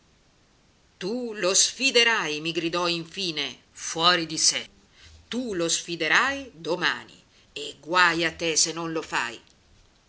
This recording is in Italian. tu lo sfiderai mi gridò in fine fuori di sé tu lo sfiderai domani e guaj a te se non lo fai